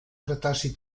cretaci